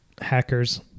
hackers